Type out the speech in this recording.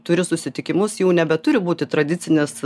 turi susitikimus jau nebeturi būti tradicinis